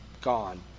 gone